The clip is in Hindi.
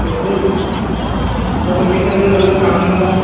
वैसे ही ओर कैसा क्या चल रहा है काम धंधा